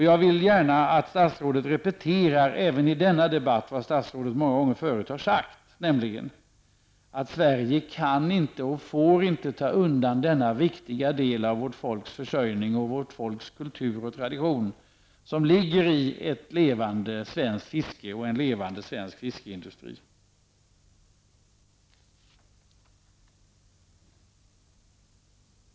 Jag vill gärna att statsrådet även i denna debatt repeterar vad statsrådet många gånger förut har sagt, nämligen att Sverige kan och får inte ta undan den viktiga del av vårt folks försörjning och vårt folks kultur och tradition som ligger i ett levande fiske och en levande svensk fiskeindustri.